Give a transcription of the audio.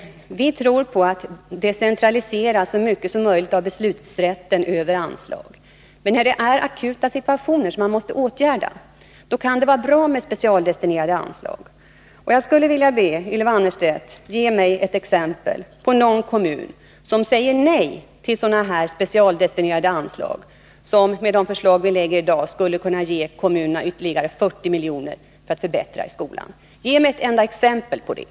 Vi tror på att decentralisera så mycket som möjligt av beslutsrätten över anslag. Men när det uppstår akuta situationer, som man måste åtgärda, kan det vara bra med specialdestinerade anslag. Jag skulle vilja be Ylva Annerstedt ge mig ett exempel på någon kommun som säger nej till specialdestinerade anslag, som — med de förslag vi lägger fram i dag — skulle kunna ge kommunerna ytterligare 40 milj.kr. för att förbättra skolan. Ge mig ett enda exempel på det!